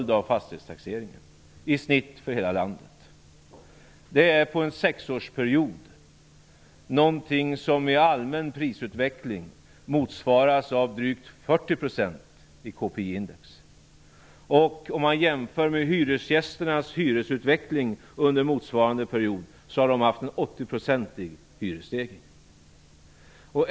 Det motsvaras under en sexårsperiod i allmän prisutveckling av drygt 40 % i konsumentprisindex. Man kan också jämföra med hyresgästerna, som under motsvarande period har haft en 80-procentig hyresstegring.